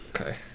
okay